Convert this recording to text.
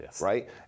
right